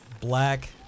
black